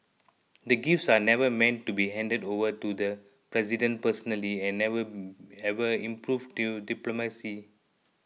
the gifts are never meant to be handed over to the President personally and never ever improved due diplomacy